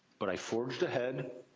but i forged ahead.